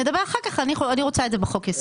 נדבר אחר כך, אני רוצה את בחוק-יסוד.